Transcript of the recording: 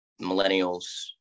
Millennials